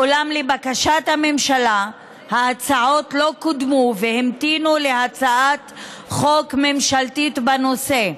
אולם לבקשת הממשלה ההצעות לא קודמו והמתינו להצעת חוק ממשלתית בנושא.